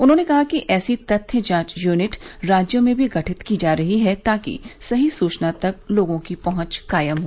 उन्होंने कहा कि ऐसी तथ्य जांच यूनिट राज्यों में भी गठित की जा रही हैं ताकि सही सूचना तक लोगों की पहुंच कायम हो